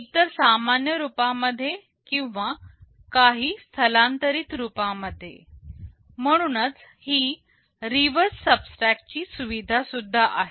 एक तर सामान्य रूपा मध्ये किंवा काही स्थलांतरित रूपा मध्ये म्हणूनच ही रिव्हर्स सबट्रॅक्ट ची सुविधा सुद्धा आहे